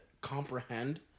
comprehend